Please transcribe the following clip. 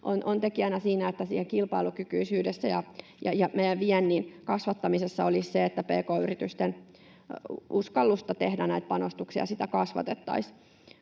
on tekijänä siinä, että siinä kilpailukykyisyydessä ja meidän viennin kasvattamisessa olisi tärkeää se, että pk-yritysten uskallusta tehdä näitä panostuksia kasvatettaisiin.